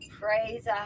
praise